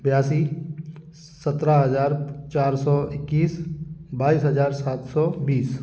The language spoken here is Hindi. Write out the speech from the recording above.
बयासी सत्राह हज़ार चार सौ इक्कीस बाईस हजार सात सौ बीस